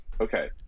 okay